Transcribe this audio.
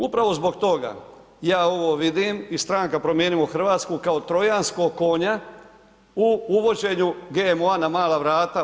Upravo zbog toga ja ovo vidim i stranka Promijenimo Hrvatsku kao Trojanskog konja u uvođenju GMO-a na mala vrata.